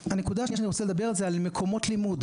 הנקודה השנייה שאני רוצה לדבר זה על מקומות לימוד,